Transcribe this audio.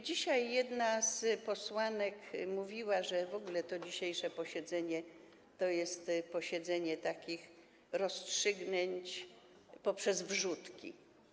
Dzisiaj jedna z posłanek mówiła, że w ogóle to dzisiejsze posiedzenie to jest posiedzenie takich rozstrzygnięć poprzez wrzutki.